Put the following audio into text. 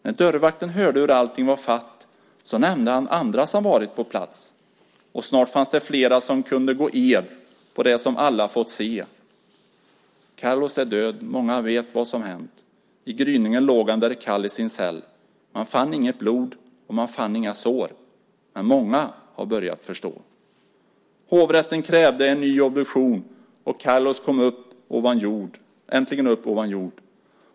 När dörrvakten hörde hur allting var fatt så nämnde han andra som varit på plats. Och snart fanns det flera som kunde gå ed på det som dom alla fått se. Carlos är död, många vet vad som hänt. I gryningen låg han där kall i sin cell. Man fann inget blod och man fann inga sår; Men många har börjat förstå. Hovrätten krävde en ny obduktion, och Carlos kom äntligen upp ovan jord.